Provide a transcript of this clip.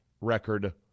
record